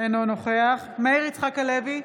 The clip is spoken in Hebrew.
אינו נוכח מאיר יצחק הלוי,